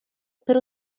per